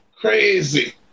crazy